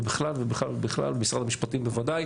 ובכלל משרד המשפטים בוודאי